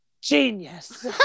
genius